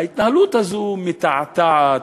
ההתנהלות הזאת מתעתעת,